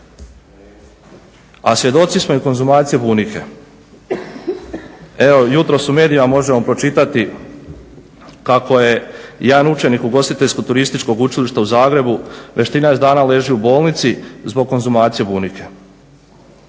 A svjedoci smo i konzumacije bunike. Evo jutros u medijima možemo pročitati kako jedan učenik Ugostiteljsko-turističkog učilišta u Zagrebu već 13 dana leži u bolnici zbog konzumacije bunike.